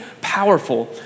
powerful